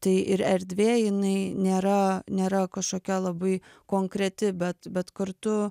tai ir erdvė jinai nėra nėra kašokia labai konkreti bet bet kartu